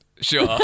Sure